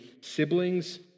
siblings